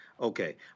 okay